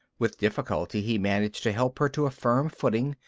with difficulty he managed to help her to a firm footing,